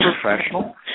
professional